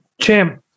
champ